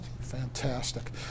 fantastic